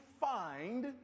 find